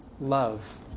Love